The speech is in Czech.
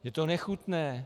Je to nechutné.